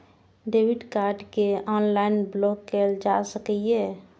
debit card कें online block कैल जा सकैए